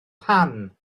pan